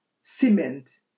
cement